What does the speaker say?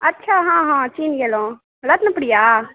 अच्छा हँ हँ चिन्ह गेलहुँ रत्नप्रिया